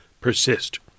persist